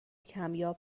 کمیاب